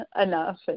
enough